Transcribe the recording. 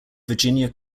virginia